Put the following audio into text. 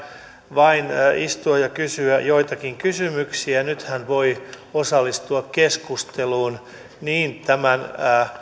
vain istua ja kysyä joitakin kysymyksiä niin nyt hän voi osallistua keskusteluun niin tämän